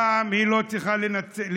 הפעם היא לא צריכה להתנצל,